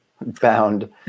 bound